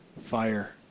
fire